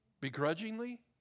Begrudgingly